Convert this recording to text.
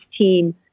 team